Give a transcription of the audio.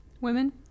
Women